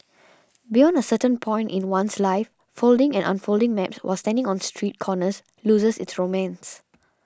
beyond a certain point in one's life folding and unfolding maps while standing on street corners loses its romance